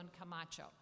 Camacho